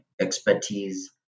expertise